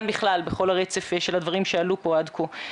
בכלל בכל הרצף של הדברים שעלו פה עד כה.